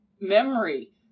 memory